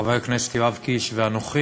חבר הכנסת יואב קיש ואנוכי,